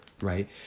right